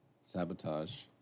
sabotage